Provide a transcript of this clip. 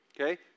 okay